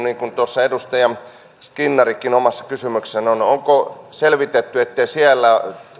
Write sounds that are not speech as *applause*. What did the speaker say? *unintelligible* niin kuin tuossa edustaja skinnarikin omassa kysymyksessään puhui tästä onko selvitetty ettei siellä